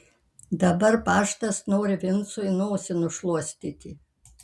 dabar paštas nori vincui nosį nušluostyti